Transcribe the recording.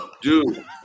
dude